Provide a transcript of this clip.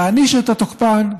להעניש את התוקפן,